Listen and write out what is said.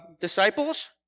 disciples